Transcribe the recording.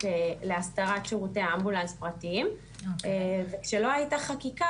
להסדרת שירותי אמבולנס פרטיים וכשלא הייתה חקיקה,